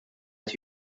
qed